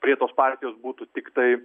prie tos partijos būtų tiktai